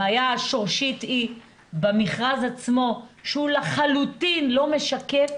הבעיה השורשית היא במכרז עצמו שלחלוטין לא משקף